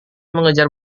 mengajar